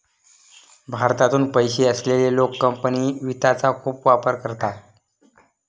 भारतातून पैसे असलेले लोक कंपनी वित्तचा खूप वापर करतात